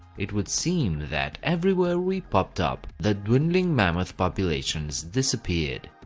it would seem that everywhere we popped up, the dwindling mammoth populations disappeared.